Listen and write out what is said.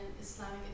Islamic